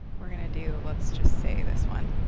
we're going to do, let's just say this one.